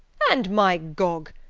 and my gog!